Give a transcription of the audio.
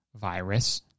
virus